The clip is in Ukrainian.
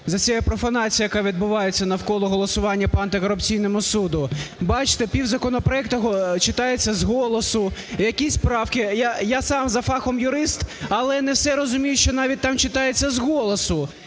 за цією профанацією, яка відбувається навколо голосування по антикорупційному суду? Бачите, півзаконопроекту читається з голосу, якісь правки. Я сам за фахом юрист, але не все розумію, що навіть там читається з голосу.